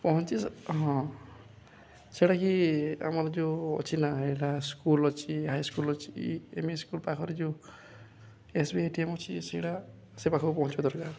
ପହଞ୍ଚି ହଁ ସେଟାକି ଆମର ଯେଉଁ ଅଛି ନା ଏଇଟା ସ୍କୁଲ ଅଛି ହାଇସ୍କୁଲ ଅଛି ଏ ମି ସ୍କୁଲ ପାଖରେ ଯେଉଁ S B I A T M ଅଛି ସେଇଟା ସେ ପାଖକୁ ପହଞ୍ଚିବା ଦରକାର